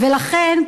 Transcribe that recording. ולכן,